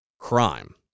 Crime